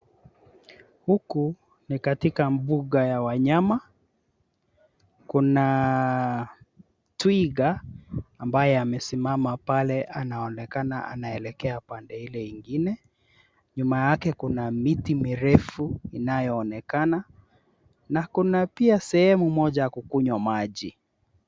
Huku ni katika mbuga ya wanyama. Kuna twiga ambaye amesimama pale anaonekana anaelekea pande ile ingine. Nyuma yake kuna miti mirefu inayoonekana na kuna pia sehemu moja ya kukunywa maji.